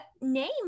name